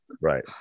Right